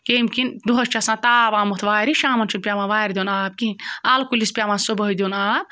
کہِ ایٚمہِ کِنۍ دۄہَس چھِ آسان تاپھ آمُت وارِ شامَن چھُنہٕ پیٚوان وارِ دیُن آب کِہیٖںۍ اَلہٕ کُلِس پیٚوان صُبحٲے دیُن آب